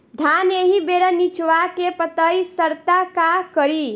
धान एही बेरा निचवा के पतयी सड़ता का करी?